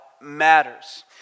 matters